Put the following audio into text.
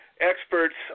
experts